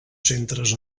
centres